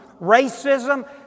racism